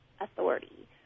authority